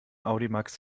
audimax